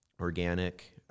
organic